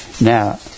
now